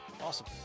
Awesome